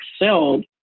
excelled